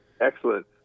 excellent